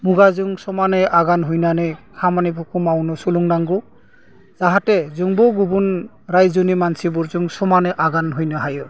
मुगाजों समानै आगान हैनानै खामानिफोरखौ मावनो सोलोंनांगौ जाहाथे जोंबो गुबुन रायजोनि मानसिफोरजों समानै आगान हैनो हायो